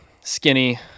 skinny